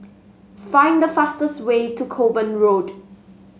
find the fastest way to Kovan Road